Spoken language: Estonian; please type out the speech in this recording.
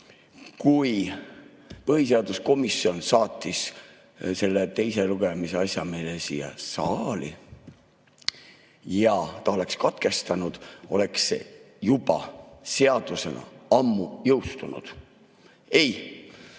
Kui põhiseaduskomisjon saatis selle teise lugemise asja meile siia saali ja ta oleks katkestanud, oleks see juba seadusena ammu jõustunud. Ei,